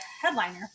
headliner